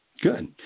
Good